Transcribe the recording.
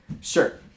sure